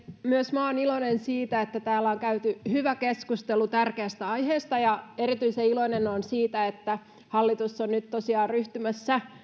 myös minä olen iloinen siitä että täällä on käyty hyvä keskustelu tärkeästä aiheesta ja erityisen iloinen olen siitä että hallitus on nyt tosiaan ryhtymässä